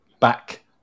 back